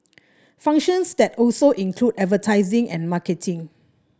functions that also include advertising and marketing